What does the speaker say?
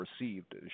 received